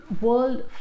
world